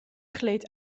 gleed